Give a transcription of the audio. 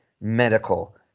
medical